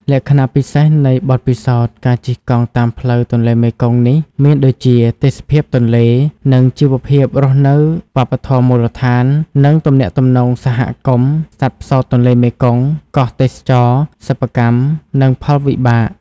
លក្ខណៈពិសេសនៃបទពិសោធន៍ការជិះកង់តាមផ្លូវទន្លេមេគង្គនេះ មានដូចជា ទេសភាពទន្លេ និងជីវភាពរស់នៅ វប្បធម៌មូលដ្ឋាន និងទំនាក់ទំនងសហគមន៍ សត្វផ្សោតទន្លេមេគង្គ កោះទេសចរណ៍ សិប្បកម្ម និងផលវិលំបាក។